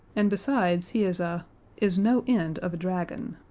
and, besides, he is a is no end of a dragon.